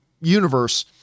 universe